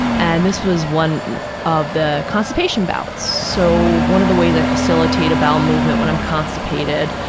and this was one of the constipation bouts. so one of the ways i facilitate a bowel movement when i'm constipated